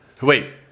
Wait